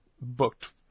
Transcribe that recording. booked